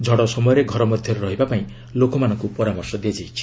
ଝଡ଼ ସମୟରେ ଘର ମଧ୍ୟରେ ରହିବାକୁ ଲୋକମାନଙ୍କୁ ପରାମର୍ଶ ଦିଆଯାଇଛି